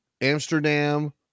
Amsterdam